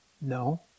No